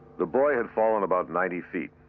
the boy had fallen about ninety feet.